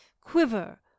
quiver